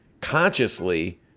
consciously